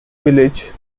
village